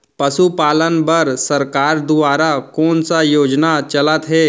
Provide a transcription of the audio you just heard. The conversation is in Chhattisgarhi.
पशुपालन बर सरकार दुवारा कोन स योजना चलत हे?